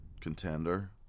contender